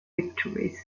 victories